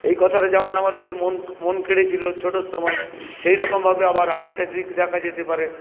এই কথাটা যেমন আমাদের মন মন কেড়েছিল ছোটোর সময় সেইরকমভাবে আবার আরেকটা দিক দেখা যেতে পারে